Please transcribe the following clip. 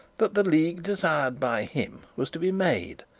that the league desired by him was to be made,